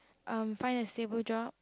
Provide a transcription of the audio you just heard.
um find a stable job